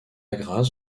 grâce